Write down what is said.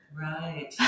Right